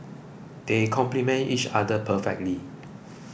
they complement each other perfectly